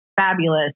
fabulous